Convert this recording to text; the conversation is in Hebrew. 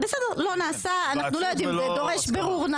בסדר, לא נעשה, אנחנו לא יודעים, זה דורש בירור.